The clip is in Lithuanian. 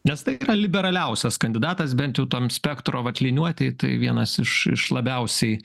nes tai yra liberaliausias kandidatas bent jau toms spektro vat liniuotei tai vienas iš iš labiausiai